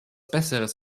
besseres